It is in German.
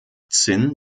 zinn